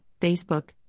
Facebook